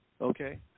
Okay